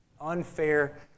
unfair